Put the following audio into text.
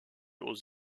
aux